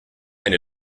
eine